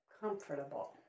comfortable